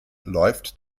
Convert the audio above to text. läuft